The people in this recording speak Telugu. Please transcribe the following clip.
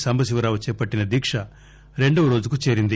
సాంబశివరావు చేపట్టిన దీక్ష రెండవ రోజుకు చేరింది